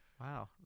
Wow